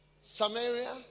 Samaria